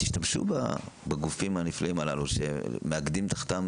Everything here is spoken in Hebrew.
תשתמשו בגופים הנפלאים הללו שמאגדים תחתם